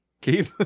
Keep